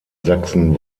sachsen